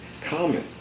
common